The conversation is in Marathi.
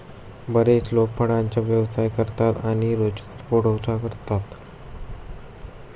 बरेच लोक फळांचा व्यवसाय करतात आणि रोजगार पुरवठा करतात